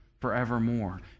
forevermore